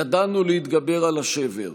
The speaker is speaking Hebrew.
ידענו להתגבר על השבר,